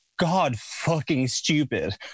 God-fucking-stupid